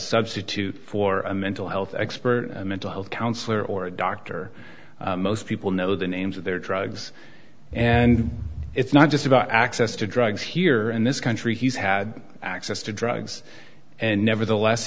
substitute for a mental health expert or mental health counselor or a doctor most people know the names of their drugs and it's not just about access to drugs here in this country he's had access to drugs and nevertheless